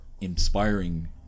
inspiring